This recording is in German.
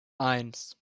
eins